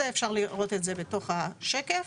אפשר לראות את זה בתוך השקף.